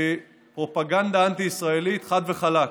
פרופגנדה אנטי-ישראלית, חד וחלק.